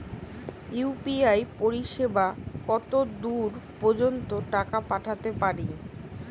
UPI পরিসেবা কতদূর পর্জন্ত টাকা পাঠাতে পারি?